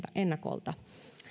ennakolta